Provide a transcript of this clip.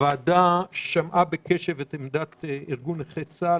הוועדה שמעה בקשב את עמדת ארגון נכי צה"ל